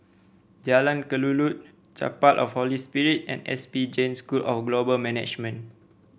Jalan Kelulut Chapel of Holy Spirit and S P Jain School of Global Management